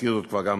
הזכיר זאת פה גם